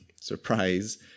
surprise